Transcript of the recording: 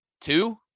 Two